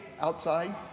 outside